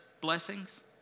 blessings